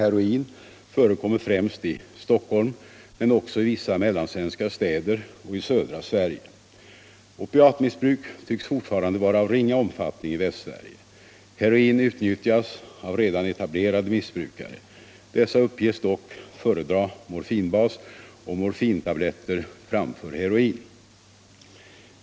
heroin förekommer främst i Stockholm men också i vissa mellansvenska städer och i södra Sverige. Opiatmissbruk tycks fortfarande vara av ringa omfattning i Västsverige. Heroin utnyttjas av redan etablerade missbrukare. Dessa uppges dock föredra morfinbas och morfintableter framför heroin.